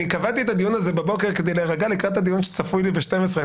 קבעתי את הדיון הזה בבוקר כדי להירגע לקראת הדיון שצפוי לי ב-12:00.